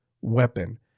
weapon